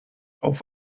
auf